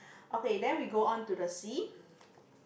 okay then we go on to the sea